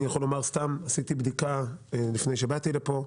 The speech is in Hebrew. אני יכול לספר שעשיתי בדיקה לפני שבאתי לפה,